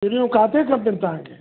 सिरियूं काथे खपनि तव्हांखे